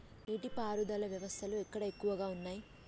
నీటి పారుదల వ్యవస్థలు ఎక్కడ ఎక్కువగా ఉన్నాయి?